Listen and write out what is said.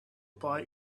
pie